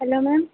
hello ma'am